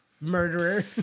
murderer